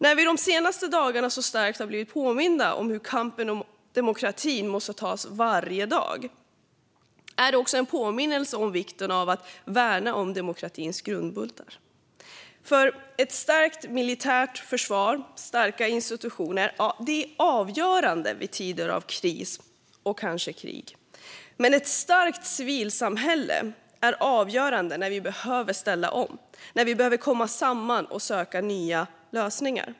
När vi de senaste dagarna har blivit starkt påminda om att kampen om demokratin måste tas varje dag är det också en påminnelse om vikten av att värna demokratins grundbultar. Ett starkt militärt försvar och starka institutioner är avgörande i tider av kris och kanske krig. Men ett starkt civilsamhälle är avgörande när vi behöver ställa om, komma samman och söka nya lösningar.